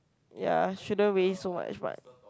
ya shouldn't waste so much mud